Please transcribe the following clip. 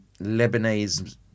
Lebanese